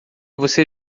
você